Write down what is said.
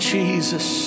Jesus